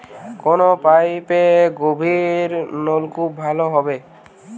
কোন পাইপে গভিরনলকুপ ভালো হবে?